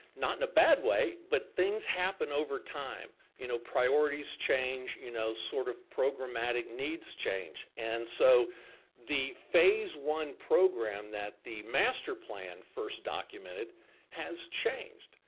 not in a bad way, but things happen over time. you know priorities change, you know sort of programmatic needs change, and so the phase one program that the master plan first documented has changed.